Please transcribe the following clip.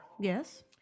Yes